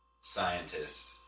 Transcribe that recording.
scientist